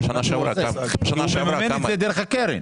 הוא מממן את זה דרך הקרן.